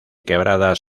quebradas